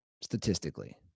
Statistically